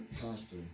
Pastor